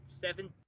seven